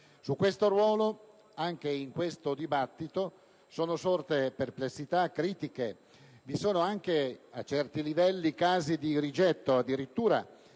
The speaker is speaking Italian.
Su questo ruolo, anche in questo dibattito, sono sorte perplessità e critiche; vi sono anche, a certi livelli, casi di rigetto, addirittura